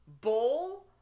Bowl